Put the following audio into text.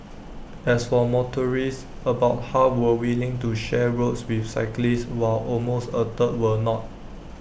as for motorists about half were willing to share roads with cyclists while almost A third were not